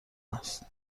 است